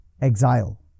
exile